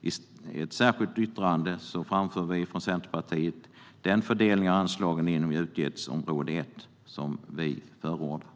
I ett särskilt yttrande framför vi från Centerpartiet den fördelning av anslagen inom utgiftsområde 1 som vi förordar.